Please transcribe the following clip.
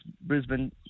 Brisbane